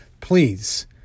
please